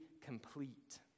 complete